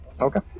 Okay